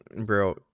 bro